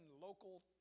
local